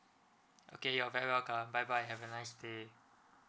okay you're very welcome bye bye have a nice day